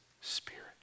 spirit